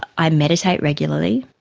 i meditate regularly,